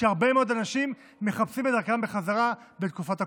כשהרבה מאוד אנשים מחפשים את דרכם בחזרה בתקופת הקורונה.